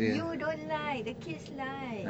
you don't like the kids like